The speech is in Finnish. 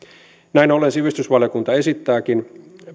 näin ollen sivistysvaliokunta esittääkin